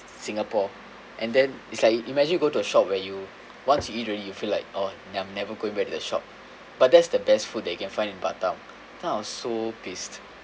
singapore and then it's like you imagine you go to a shop where you once you eat already you feel like oh I'm never going back the shop but that's the best food that you can find in batam then I was so pissed